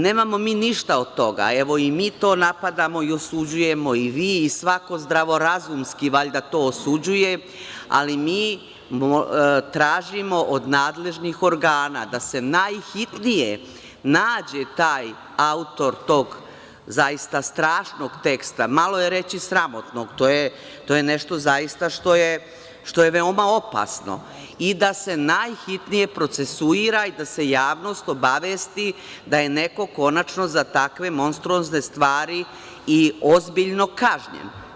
Nemamo mi ništa od toga, evo, i mi to napadamo i osuđujemo i vi i svako zdravorazumski valjda to osuđuje, ali mi tražimo od nadležnih organa da se najhitnije nađe taj autor tog zaista strašnog teksta, malo je reći sramotnog, to je nešto zaista što je veoma opasno i da se najhitnije procesuira i da se javnost obavesti da je neko konačno za takve monstruozne stvari i ozbiljno kažnjen.